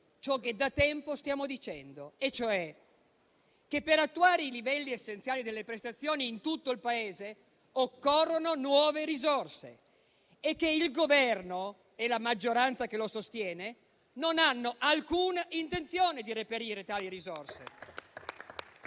ciò che da tempo stiamo dicendo: per attuare i livelli essenziali delle prestazioni in tutto il Paese occorrono nuove risorse e il Governo e la maggioranza che lo sostiene non hanno alcuna intenzione di reperirle.